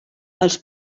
els